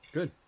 Good